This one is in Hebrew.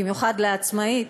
במיוחד לעצמאית,